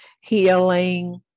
Healing